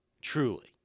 truly